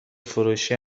فروشی